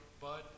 Bud